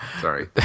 Sorry